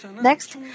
Next